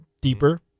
deeper